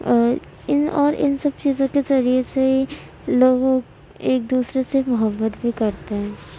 اور ان اور ان سب چیزوں کے ذریعے سے لوگوں ایک دوسرے سے محبت بھی کرتے ہیں